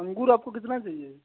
अंगूर आपको कितना चाहिये